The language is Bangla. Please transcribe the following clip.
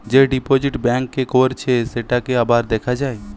যে ডিপোজিট ব্যাঙ্ক এ করেছে সেটাকে আবার দেখা যায়